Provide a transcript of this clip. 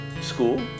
School